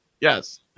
Yes